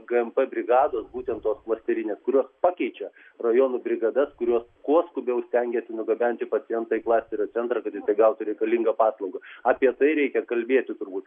gmp brigados būtent tos klasterinės kurios pakeičia rajonų brigadas kurios kuo skubiau stengias nugabenti pacientą į klasterio centrą kad jis gautų reikalingą paslaugą apie tai reikia kalbėti turbūt